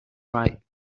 right